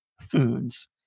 foods